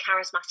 charismatic